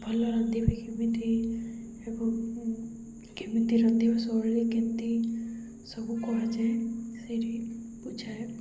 ଭଲ ରାନ୍ଧିବେ କେମିତି ଏବଂ କେମିତି ରାନ୍ଧିବା ଶୈିଳୀ କେମିତି ସବୁ କୁହାଯାଏ ସେଇଠି ବୁଝାଏ